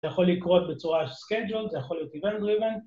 ‫זה יכול לקרות בצורה Schedule, ‫זה יכול להיות Event-Driven.